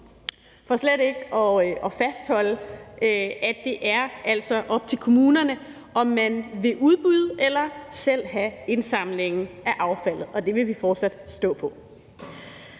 at glemme at fastholde, at det altså er op til kommunerne, om man vil udbyde eller selv have indsamlingen af affaldet, og det vil vi fortsat stå på.